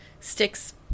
sticks